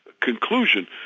conclusion